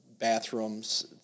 bathrooms